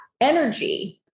energy